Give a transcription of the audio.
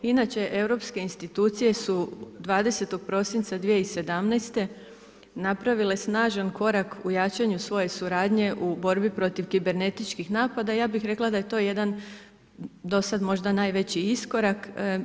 Inače europske institucije su 20.12.2017. napravile snažan korak u jačanju svoje suradnje u borbi protiv kibernetičkih napada, i ja bih rekla da je to jedan dosad možda najveći iskorak.